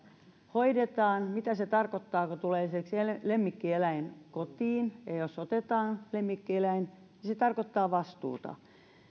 hoidetaan mitä se tarkoittaa kun tulee esimerkiksi lemmikkieläin kotiin ja jos otetaan lemmikkieläin niin se tarkoittaa vastuuta